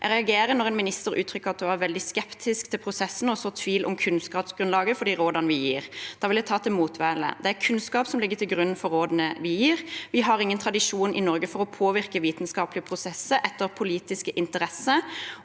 «Jeg reagerer når en minister uttrykker at hun er veldig skeptisk til prosessen og sår tvil om kunnskapsgrunnlaget for de rådene vi gir. Da vil jeg ta til motmæle. Det er kunnskap som ligger til grunn for rådene vi gir. (…) [V]i har ingen tradisjon i Norge for å påvirke vitenskapelige prosesser etter politiske interesser.